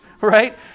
right